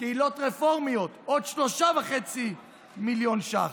קהילות רפורמיות, עוד 3.5 מיליון שקלים.